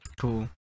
Cool